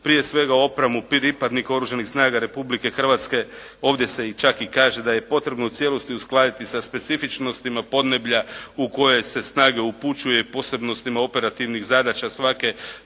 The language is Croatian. Prije svega opremu pripadnika Oružanih snaga Republike Hrvatske, ovdje se čak i kaže da je potrebno u cijelosti uskladiti sa specifičnostima podneblja u kojoj se snaga upućuje posebnostima operativnih zadaća svake sastavnice